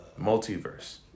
Multiverse